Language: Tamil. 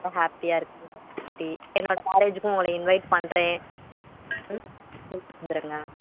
ரொம்ப ஹேப்பியாக இருக்குது சரி என்னோட மேரேஜிக்கும் உங்களை இன்வைட் பண்ணுறேன் ம் வந்துடுங்க